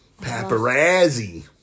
Paparazzi